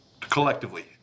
collectively